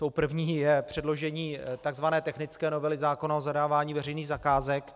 Tou první je předložení tzv. technické novely zákona o zadávání veřejných zakázek.